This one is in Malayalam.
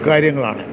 കാര്യങ്ങളാണ്